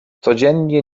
codziennie